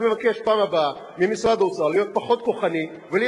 אני רק לא מבין את הכוחניות הזאת.